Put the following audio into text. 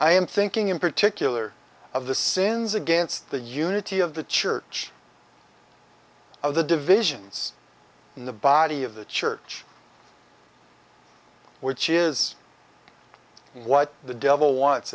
i am thinking in particular of the sins against the unity of the church of the divisions in the body of the church which is what the devil wants